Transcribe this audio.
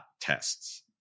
tests